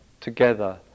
together